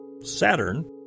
Saturn